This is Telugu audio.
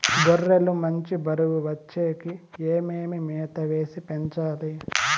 గొర్రె లు మంచి బరువు వచ్చేకి ఏమేమి మేత వేసి పెంచాలి?